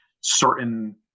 certain